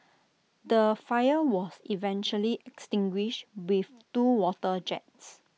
the fire was eventually extinguished with two water jets